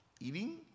eating